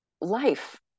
life